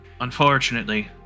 unfortunately